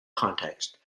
context